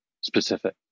specific